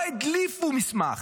לא הדליפו מסמך,